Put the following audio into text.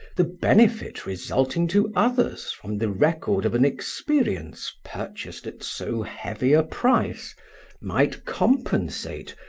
the benefit resulting to others from the record of an experience purchased at so heavy a price might compensate,